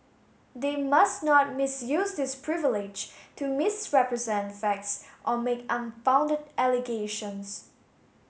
they must not misuse this privilege to misrepresent facts or make unfounded allegations